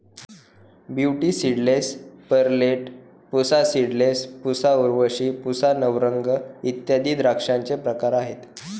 beauty seedless, Perlette, Pusa seedless, Pusa Urvashi, Pusa Navrang इत्यादी द्राक्षांचे प्रकार आहेत